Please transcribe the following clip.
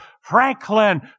Franklin